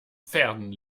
pferden